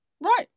Right